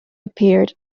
appeared